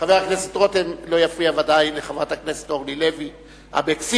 חבר הכנסת רותם לא יפריע ודאי לחברת הכנסת אורלי לוי אבקסיס.